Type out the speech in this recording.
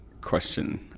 question